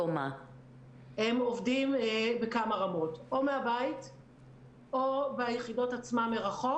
הם עובדים בכמה רמות או מהבית או ביחידות עצמן מרחוק.